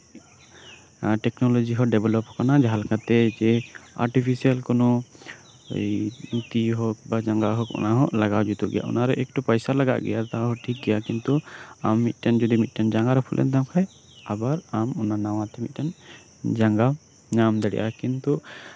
technology ᱦᱚᱸ develop ᱟᱠᱟᱱᱟ ᱡᱟᱦᱟᱸᱞᱮᱠᱟᱛᱮ ᱡᱮ ᱟᱨᱴᱤᱯᱷᱤᱥᱤᱭᱟᱞ ᱠᱳᱱᱳ ᱛᱤ ᱦᱳᱠ ᱵᱟ ᱡᱟᱸᱜᱟ ᱦᱳᱠ ᱚᱱᱟ ᱦᱚᱸ ᱞᱟᱜᱟᱣ ᱡᱩᱛᱩᱜ ᱜᱮᱭᱟ ᱚᱱᱟ ᱨᱮ ᱮᱠᱴᱩ ᱯᱚᱭᱥᱟ ᱞᱟᱜᱟᱜ ᱜᱮᱭᱟ ᱛᱟᱹᱣ ᱨᱮᱦᱚᱸ ᱴᱷᱤᱠ ᱜᱮᱭᱟ ᱠᱤᱱᱛᱩ ᱢᱤᱫᱴᱮᱱ ᱛᱤ ᱢᱤᱫᱴᱮᱱ ᱡᱟᱸᱜᱟ ᱨᱟᱹᱯᱩᱫ ᱞᱮᱱᱛᱟᱢ ᱠᱷᱟᱡ ᱟᱵᱟᱨ ᱱᱟᱣᱟ ᱢᱤᱫᱴᱮᱡ ᱡᱟᱸᱜᱟᱢ ᱧᱟᱢ ᱫᱟᱲᱮᱭᱟᱜᱼᱟ ᱠᱤᱱᱛᱩ